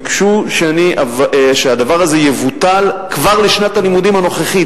הם ביקשו שהדבר הזה יבוטל כבר בשנת הלימודים הנוכחית,